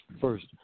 First